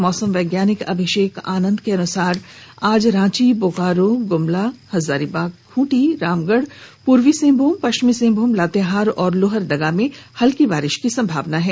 मौसम वैज्ञानिक अभिषेक आनंद के अनुसार आज रांची बोकारो गुमला हजारीबाग खूंटी रामगढ़ पूर्वी सिंहभूम पश्चिम सिंहभूम लातेहार और लोहरदगा में हल्की बारिश की संभावना है